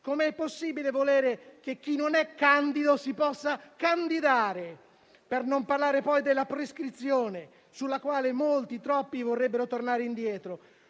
Com'è possibile volere che chi non è candido si possa candidare? Per non parlare poi della prescrizione sulla quale molti, troppi, vorrebbero tornare indietro.